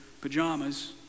pajamas